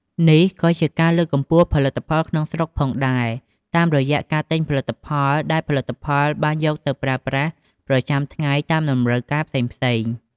នេះក៏ជាការលើកកម្ពស់ផលិតផលក្នុងស្រុកផងដែរ តាមរយៈការទិញផលិតផលដែលផលិតបានយកទៅប្រើប្រាស់ប្រចាំថ្ងៃតាមតម្រូវការផ្សេងៗ។